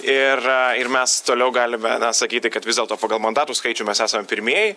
ir ir mes toliau galime sakyti kad vis dėlto pagal mandatų skaičių mes esam pirmieji